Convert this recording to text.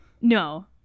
No